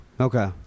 Okay